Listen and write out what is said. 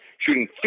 shooting